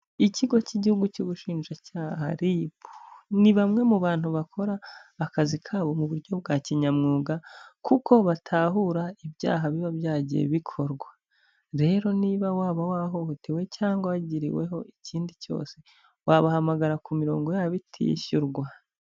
Ikigo cy'igihugu cy'ubushinjacyaha RIB, ni bamwe mu bantu bakora akazi kabo mu buryo bwa kinyamwuga kuko batahura ibyaha biba byagiye bikorwa, rero niba waba wahohotewe cyangwa wagiriweho ikindi cyose wabahamagara ku mirongo yabo itishyurwa.